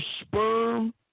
sperm